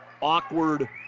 awkward